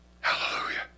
Hallelujah